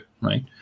right